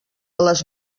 les